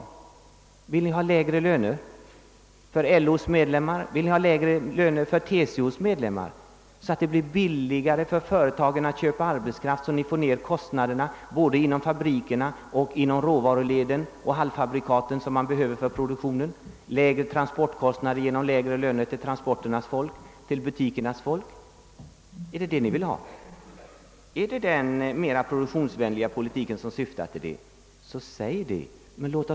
Vill ni ha lägre löner för LO:s och TCO :s medlemmar, så att företagen kan köpa arbetskraften billigare och kostnaderna blir lägre både inom fabriker na och i råvaruledet samt i de halvfabrikat som behövs för produktionen? Vill ni ha lägre transportkostnader genom att tillämpa lägre löner för transportens och butikernas folk? Är det vad ni vill ha? Är det den mera produktionsvänliga politik som ni syftar till, så säg det!